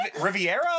riviera